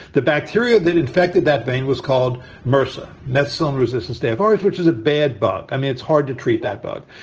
the bacteria that infected that vein was called mrsa methicillin resistant staph aureus, which is a bad bug. i mean, it's hard to treat that bug.